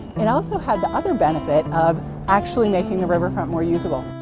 and also had the other benefit of actually making the riverfront more usable!